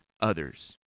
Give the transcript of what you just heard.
others